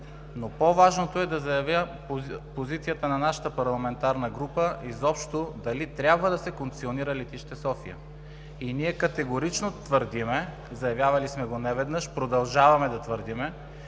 но по-важното е да заявя позицията на нашата парламентарна група изобщо дали трябва да се концесионира Летище София. Ние категорично твърдим – заявявали сме го неведнъж, продължаваме да твърдим,